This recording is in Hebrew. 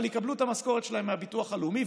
אבל יקבלו את המשכורת שלהם מהביטוח הלאומי.